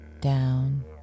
down